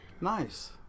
Nice